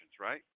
right